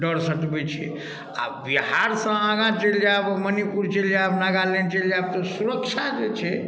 डर सतबै छियै आ बिहारसऽ आगाँ चलि जायब मणिपुर चलि जायब नागालैण्ड चलि जायब तऽ सुरक्षा जे छै